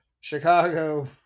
Chicago